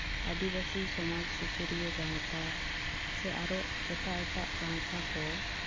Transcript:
ᱟᱹᱫᱤᱵᱟᱹᱥᱤ ᱥᱚᱢᱟᱡᱽ ᱥᱩᱥᱟᱹᱨᱤᱭᱟᱹ ᱜᱟᱶᱛᱟ ᱥᱮ ᱟᱨᱚ ᱮᱴᱟᱜ ᱮᱴᱟᱜ ᱜᱟᱶᱛᱟ ᱠᱚ